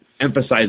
emphasize